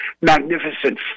magnificent